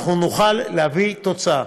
אנחנו נוכל להביא תוצאה,